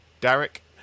Derek